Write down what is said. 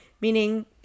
Meaning